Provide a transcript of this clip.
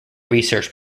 research